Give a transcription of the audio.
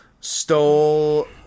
stole